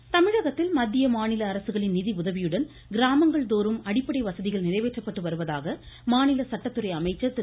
சண்முகம் தமிழகத்தில் மத்திய மாநில அரசுகளின் நிதியுதவியுடன் கிராமங்கள்தோறும் அடிப்படை வசதிகள் நிறைவேற்றப்பட்டு வருவதாக மாநில சட்டத்துறை அமைச்சர் திரு